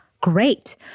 great